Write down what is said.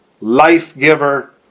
life-giver